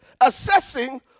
assessing